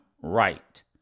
right